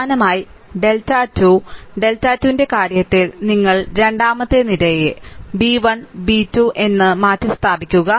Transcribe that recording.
സമാനമായി delta 2 delta 2 ന്റെ കാര്യത്തിൽ നിങ്ങൾ രണ്ടാമത്തെ നിരയെ b 1 b 2 എന്ന് മാറ്റിസ്ഥാപിക്കുക